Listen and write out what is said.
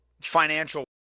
financial